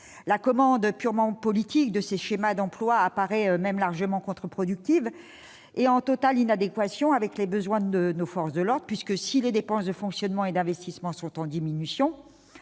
La commande purement politique de ces schémas d'emplois apparaît même largement contre-productive et en totale inadéquation avec les besoins de nos forces de l'ordre, puisque, si les dépenses de fonctionnement et d'investissement sont en diminution,